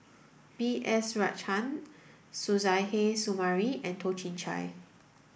B S Rajhans Suzairhe Sumari and Toh Chin Chye